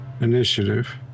Initiative